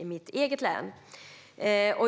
i mitt eget län.